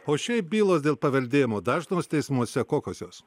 o šiaip bylos dėl paveldėjimo dažnos teismuose kokios jos